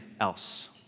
else